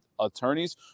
attorneys